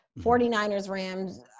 49ers-Rams